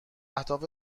اهداف